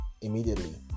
immediately